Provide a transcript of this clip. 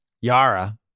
Yara